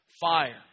fire